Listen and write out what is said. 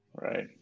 right